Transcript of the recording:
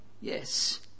Yes